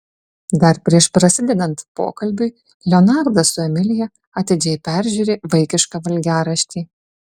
dar prieš prasidedant pokalbiui leonardas su emilija atidžiai peržiūri vaikišką valgiaraštį